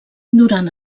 durant